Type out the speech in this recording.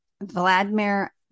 Vladimir